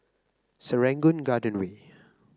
Serangoon Garden Way